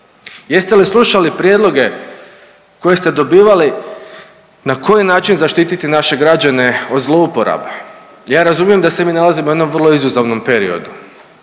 Jeste li slušali prijedloge koje ste dobivali na koji način zaštititi naše građane od zlouporaba? Ja razumijem da se mi nalazimo u jednom vrlo izazovnom periodu